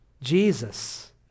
Jesus